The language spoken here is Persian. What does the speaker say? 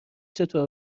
چطور